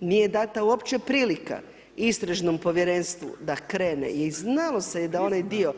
nije dana uopće prilika istražnom povjerenstvu da krene jer znalo se je da onaj dio.